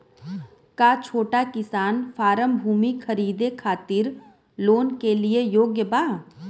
का छोटा किसान फारम भूमि खरीदे खातिर लोन के लिए योग्य बा?